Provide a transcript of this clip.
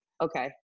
okay